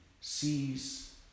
sees